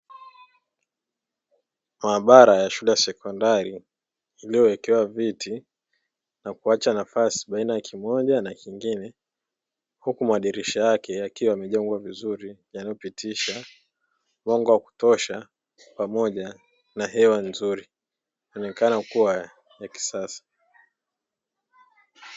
Mahabara ya shule ya sekondari iliyowekewa viti na kuacha nafasi baina ya kimoja na kingine, huku madirisha yake yakiwa yamejengwa vizuri yanay pitisha mwanga wa kutosha pamoja na hewa nzuri, ikionekana kuwa ya kisasa.